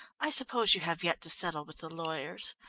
i suppose you have yet to settle with the lawyers.